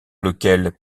lesquels